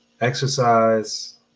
exercise